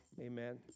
amen